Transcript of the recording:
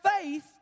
faith